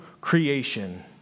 creation